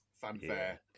fanfare